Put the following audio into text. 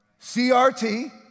CRT